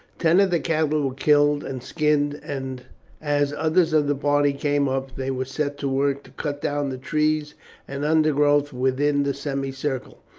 ten of the cattle were killed and skinned, and as others of the party came up they were set to work to cut down the trees and undergrowth within the semicircle,